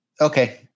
Okay